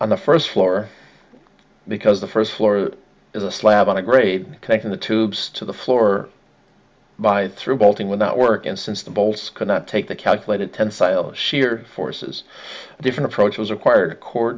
on the first floor because the first floor is a slab on a grade in the tubes to the floor by through bolting without work and since the bolts cannot take the calculated ten file shear forces a different approach was required court